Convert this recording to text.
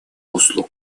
услуг